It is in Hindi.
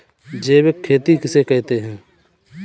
जैविक खेती किसे कहते हैं?